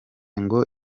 ngo